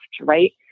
right